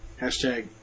Hashtag